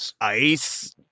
Ice